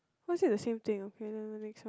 why is it the same thing okay never mind next one